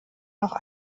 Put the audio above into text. noch